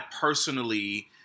personally